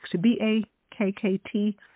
B-A-K-K-T